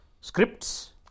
Scripts